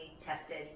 tested